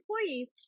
employees